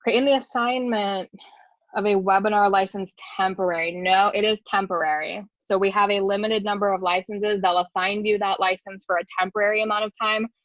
in the assignment of a webinar license temporary, no, it is temporary. so we have a limited number of licenses that are assigned to that license for a temporary amount of time.